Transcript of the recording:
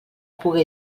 puga